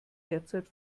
derzeit